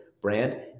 brand